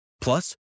Plus